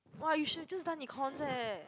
!wah! you should've just done Econs leh